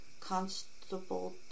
constable